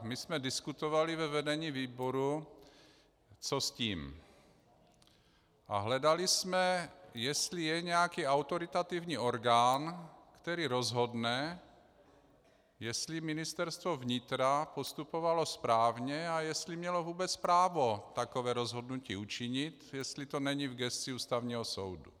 My jsme diskutovali ve vedení výboru, co s tím, a hledali jsme, jestli je nějaký autoritativní orgán, který rozhodne, jestli Ministerstvo vnitra postupovalo správně a jestli mělo vůbec právo takové rozhodnutí učinit, jestli to není v gesci Ústavního soudu.